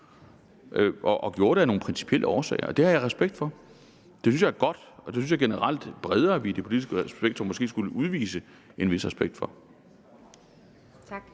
Man gjorde det af nogle principielle årsager. Det har jeg respekt for. Det synes jeg er godt. Jeg synes, at vi generelt i det bredere politiske spektrum måske skulle udvise en vis respekt for det.